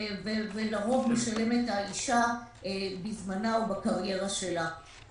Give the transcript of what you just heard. שלרוב משלמת האשה בזמנה ובקריירה שלה.